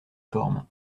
formes